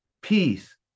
peace